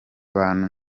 bantu